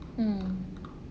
mm